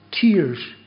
tears